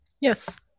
Yes